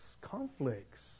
conflicts